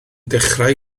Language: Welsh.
dechrau